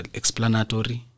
explanatory